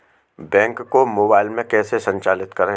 Bank को mobile में कैसे संचालित करें?